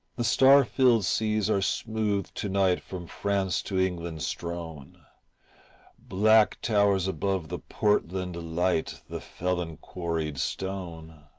the star-filled seas are smooth to-night from france to england strown black towers above the portland light the felon-quarried stone.